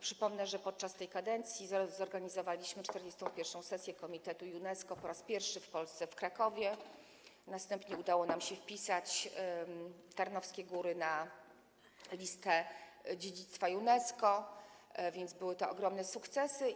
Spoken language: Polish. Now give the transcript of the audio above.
Przypomnę, że podczas tej kadencji zorganizowaliśmy 41. sesję Komitetu Światowego Dziedzictwa UNESCO, po raz pierwszy w Polsce, w Krakowie, następnie udało nam się wpisać Tarnowskie Góry na listę dziedzictwa UNESCO, więc były to ogromne sukcesy.